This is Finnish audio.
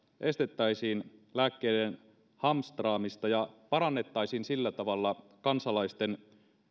estettäisiin lääkkeiden hamstraamista ja parannettaisiin sillä tavalla kansalaisten